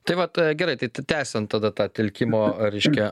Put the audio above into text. tai vat gerai tai tęsiant tada tą telkimo reiškia